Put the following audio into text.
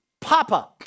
Papa